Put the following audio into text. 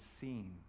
seen